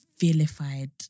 vilified